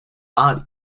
body